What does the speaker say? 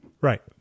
Right